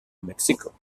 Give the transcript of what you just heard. mexico